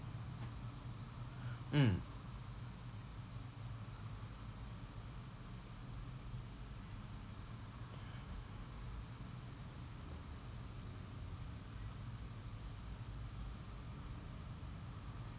mm